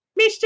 Mr